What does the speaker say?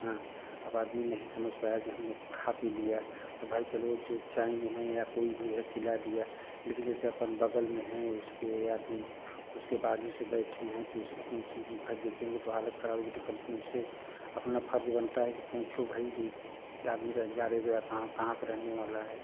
हाँ अब आदमी नहीं समझ पाया कि हम खा पी लिया अब भाई चलो चो चाईं हैं या कोई भी है खिला दिया लेकिन जैसे अपन बगल में हैं उसके या अपन उसके बाजू से बैठे हैं तो उससे पूछे भई देखेंगे तो हालत खराब होगी तो कम से कम उससे अपना फर्ज बनता है कि पूछो भाई कि कि आदमी जाने जरा कहाँ कहाँ का रहने वाला है